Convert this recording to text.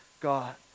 God